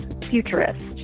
futurist